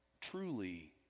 truly